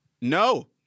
no